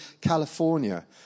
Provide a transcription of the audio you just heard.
California